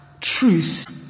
truth